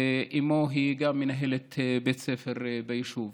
ואימו היא מנהלת בית ספר ביישוב.